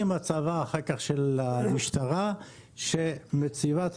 עם הצהרה אחר כך של המשטרה שמציבה את